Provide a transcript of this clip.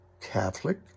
Catholic